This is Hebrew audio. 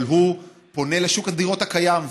אבל הוא פונה לשוק הדירות הקיים.